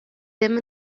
ddim